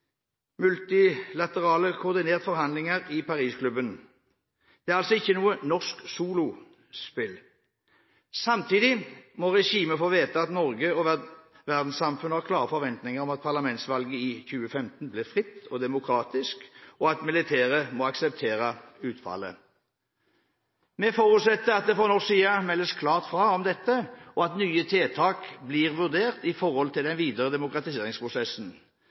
forhandlinger i Parisklubben. Det er altså ikke noe norsk soloutspill. Samtidig må regimet få vite at Norge og verdenssamfunnet har klare forventninger om at parlamentsvalget i 2015 blir fritt og demokratisk, og at militæret må akseptere utfallet. Vi forutsetter at det fra norsk side meldes klart fra om dette, og at nye tiltak blir vurdert når det gjelder den videre demokratiseringsprosessen.